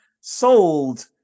sold